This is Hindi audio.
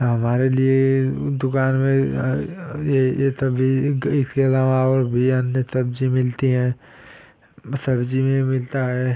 हमारे लिए उस दुकान में यह यह सभी इसके अलावा और भी अन्य सब्ज़ी मिलती हैं सब्ज़ी में मिलता है